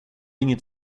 inget